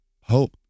hope